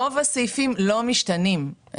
רוב הסעיפים לא משתנים.